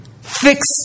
fix